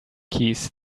keys